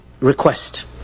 request